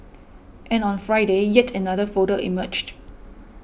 and on Friday yet another photo emerged